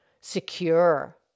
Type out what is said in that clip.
secure